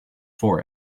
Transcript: for